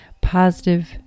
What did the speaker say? Positive